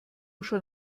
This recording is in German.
schon